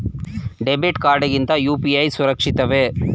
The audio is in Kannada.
ಡೆಬಿಟ್ ಕಾರ್ಡ್ ಗಿಂತ ಯು.ಪಿ.ಐ ಸುರಕ್ಷಿತವೇ?